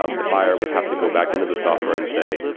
um the buyer would have to go back into the software and say,